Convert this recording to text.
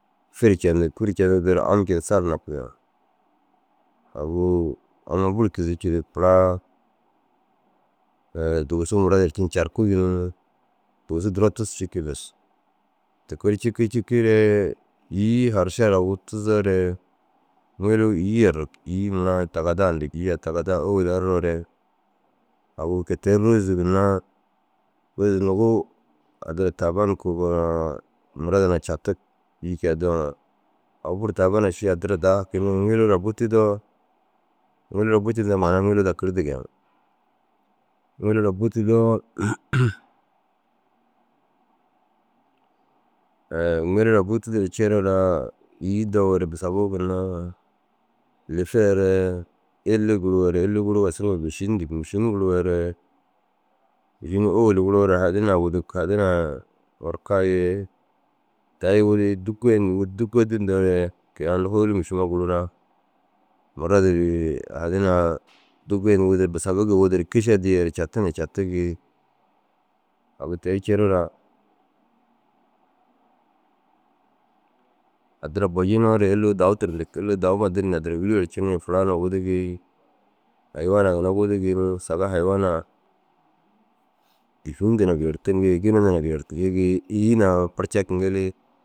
Firi cendig. Fir cendu dêr amcindu saru nakig yaani. Agu amma buru kîzei cîrig furaa dugusu gura yercindu carkigi ni. Dugusu duro tussu cikii bes. Te ke ru cikii cikii re îyi haršar agu tuzoore ŋiluu îyi errig. Îyuu mere « tagadaa » yindig. Îyi ai tagadaa ôwolu erroore agu kôi te ru rôzu ginna rôzi nuŋu addira taaban kogoo na maradi na catigi. Îyi kôi dooŋa ru. Agu buru taabana ši addira daa kôima ŋiluu raa butudoo « ŋiluu raa bûtud » yindoo mainaa ŋiluu raa kirdu yaani. Ŋiluu raa bûtudoo ŋiluu raa bûtudure ru cire raa îyi dowoore busabuu ginna lifeere illi guruweere illuuga suru suma « mîšin » yindig. Mîšin guruweere mîšin ôwellu guruwoore hadinaa i wudug hadinaa orka ye ta- ii wurii dûggoyindu wud. « Dûggodi » yindoore kôi ai unnu hôoluu mîšima guruuraa. Maradi ri hadinaa dûggoyindu wudii busabu gii wudure kiša diire catu na catigii. Agu te ru cire raa addira bojinoore illuu « dau dir » yindig. Illuu dauma dir ni addira ŋûlli yerci ni furaa na wudugii. Hayiwanaa ginna wudugi ni saga hayiwanaa dîfin hunduu na geertiŋii gini hunduu na geertiŋi îyi na farcag ŋilii